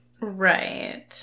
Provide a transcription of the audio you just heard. right